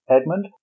Edmund